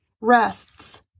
rests